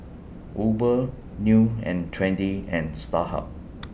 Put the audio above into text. Uber New and Trendy and Starhub